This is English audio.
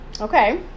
Okay